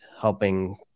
helping